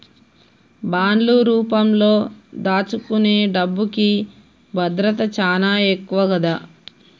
బాండ్లు రూపంలో దాచుకునే డబ్బుకి భద్రత చానా ఎక్కువ గదా